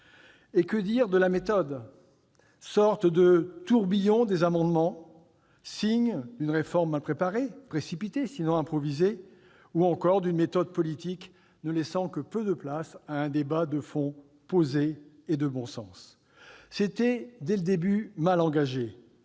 Et que dire de la méthode, sorte de tourbillon des amendements, signe d'une réforme mal préparée, précipitée sinon improvisée, ou encore d'une méthode politique ne laissant que peu de place à un débat de fond posé et de bon sens ? C'était dès le début mal engagé